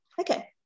okay